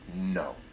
No